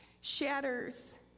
shatters